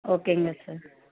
ஓகேங்க சார்